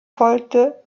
folgte